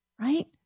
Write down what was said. right